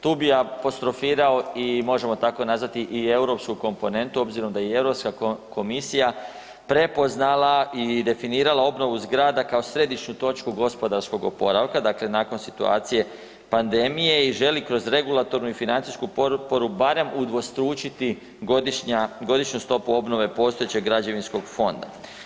Tu bi apostrofirao i možemo tako nazvati i europsku komponentu obzirom da je i Europska komisija prepoznala i definirala obnovu zgrada kao središnju točku gospodarskog oporavka, dakle nakon situacije pandemije i želi kroz regulatornu i financijsku potporu barem udvostručiti godišnja, godišnju stopu obnove postojećeg građevinskog fonda.